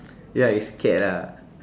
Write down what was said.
ya it's a cat lah